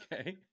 okay